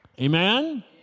Amen